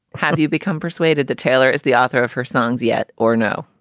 how do you become persuaded that taylor is the author of her songs yet or no?